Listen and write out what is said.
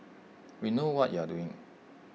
we know what you are doing